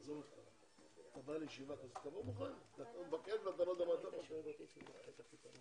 הישיבה ננעלה בשעה 13:05.